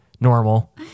Normal